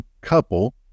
couple